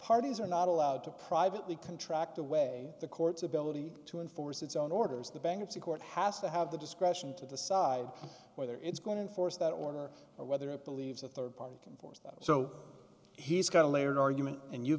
parties are not allowed to privately contract the way the court's ability to enforce its own orders the bankruptcy court has to have the discretion to decide whether it's going to enforce that order or whether it believes a rd party can force that so he's kind of layered argument and you've